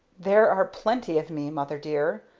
there are plenty of me, mother dear,